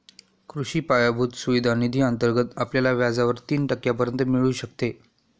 कृषी पायाभूत सुविधा निधी अंतर्गत आपल्याला व्याजावर तीन टक्क्यांपर्यंत मिळू शकते